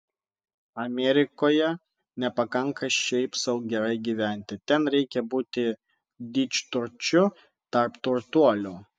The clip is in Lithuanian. amerikoje nepakanka šiaip sau gerai gyventi ten reikia būti didžturčiu tarp turtuolių